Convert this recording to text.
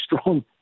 strong